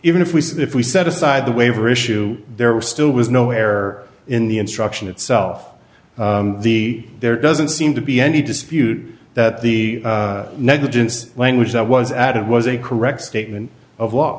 even if we say if we set aside the waiver issue there are still was no error in the instruction itself the there doesn't seem to be any dispute that the negligence language that was added was a correct statement of law